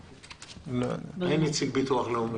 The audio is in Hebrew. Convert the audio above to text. יש כאן נציג של ביטוח לאומי?